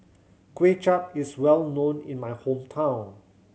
Kuay Chap is well known in my hometown